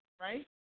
Right